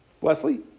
Wesley